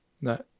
No